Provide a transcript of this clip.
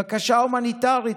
בקשה הומניטרית,